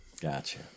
Gotcha